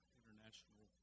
international